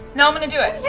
i'm going to do it.